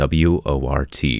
WORT